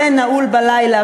ונעול בלילה,